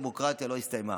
הדמוקרטיה לא הסתיימה.